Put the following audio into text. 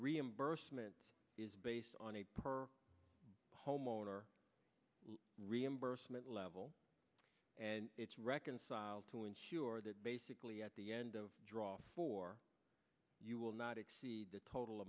reimbursement is on a per homeowner reimbursement level and it's reconciled to ensure that basically at the end of the draw for you will not exceed the total